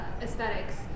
aesthetics